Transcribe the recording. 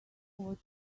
what